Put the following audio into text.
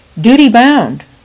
duty-bound